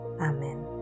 Amen